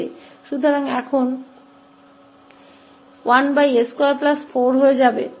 तो यह अब 1 𝑠 24 हो जाएगा